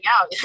out